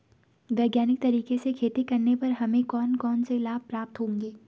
वैज्ञानिक तरीके से खेती करने पर हमें कौन कौन से लाभ प्राप्त होंगे?